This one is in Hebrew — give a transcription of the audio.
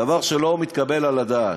דבר שלא מתקבל על הדעת.